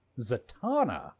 Zatanna